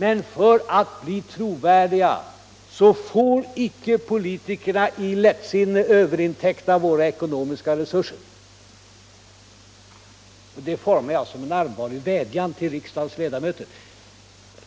Men för att bli trovärdiga får inte politikerna i lättsinne överinteckna våra ekonomiska resurser. Det formar jag såsom en allvarlig vädjan till riksdagens ledamöter.